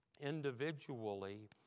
individually